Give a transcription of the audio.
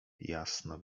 jasno